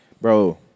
bro